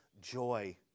joy